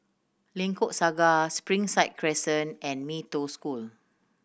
Lengkok Saga Springside Crescent and Mee Toh School